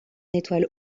étoile